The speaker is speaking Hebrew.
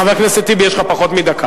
נו, "סטטוס" זה "אאוטינג", הוא עשה לעצמו.